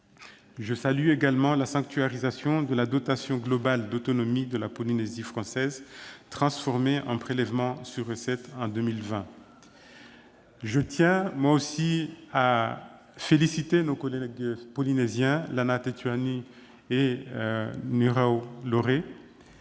Je salue également la sanctuarisation de la dotation globale d'autonomie de la Polynésie française, transformée en prélèvement sur recettes en 2020. Je tiens à féliciter, à mon tour, nos collègues polynésiens Lana Tetuanui et Nuihau Laurey,